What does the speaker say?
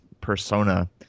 persona